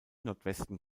nordwesten